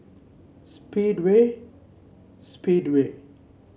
Speedway Speedway